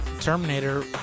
Terminator